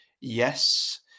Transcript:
yes